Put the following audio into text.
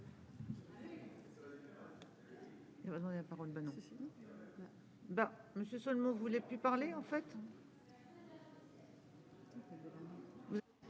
Merci,